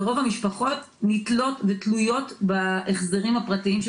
ורוב המשפחות נתלות ותלויות בהחזרים הפרטיים של